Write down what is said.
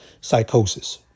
psychosis